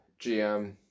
GM